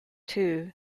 two